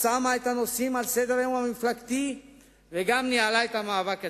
שמה את הנושאים על סדר-היום המפלגתי וגם ניהלה את המאבק הציבורי.